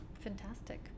Fantastic